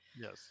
Yes